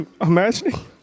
Imagining